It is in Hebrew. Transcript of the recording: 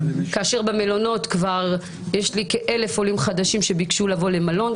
במלונות יש לי כ-1,000 עולים חדשים שביקשו לבוא למלון.